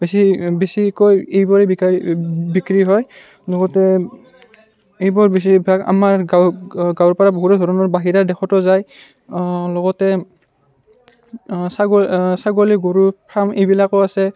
বেছি বেছিকৈ এইবোৰে বিকাই বিক্ৰী হয় লগতে এইবোৰ বেছিভাগ আমাৰ গাঁৱত গাঁৱৰ পৰা বহুতো ধৰণৰ বাহিৰা দেশতো যায় লগতে ছাগ ছাগলী গৰুৰ ফাৰ্ম এইবিলাকো আছে